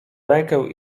rękę